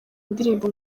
ndirimbo